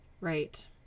Right